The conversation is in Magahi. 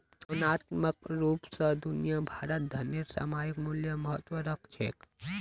भावनात्मक रूप स दुनिया भरत धनेर सामयिक मूल्य महत्व राख छेक